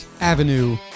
Avenue